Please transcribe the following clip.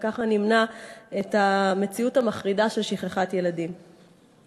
וכך נמנע את המציאות המחרידה של שכחת ילדים ברכב.